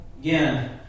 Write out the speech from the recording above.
Again